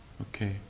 Okay